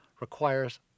requires